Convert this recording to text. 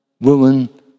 Woman